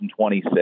2026